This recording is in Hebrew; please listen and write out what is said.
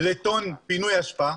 לטון פינוי אשפה,